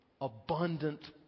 abundant